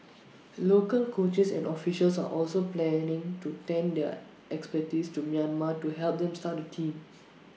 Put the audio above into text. local coaches and officials are also planning to lend their expertise to Myanmar to help them start A team